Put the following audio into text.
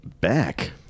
back